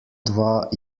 dva